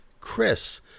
Chris